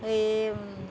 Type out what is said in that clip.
সেই